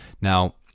Now